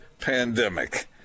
pandemic